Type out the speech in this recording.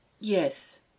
Yes